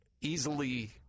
easily